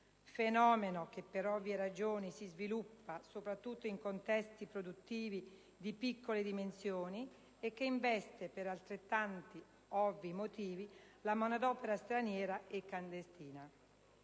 fenomeno che per ovvie ragioni si sviluppa soprattutto in contesti produttivi di piccole dimensioni e che investe, per altrettanto ovvi motivi, la manodopera straniera e clandestina.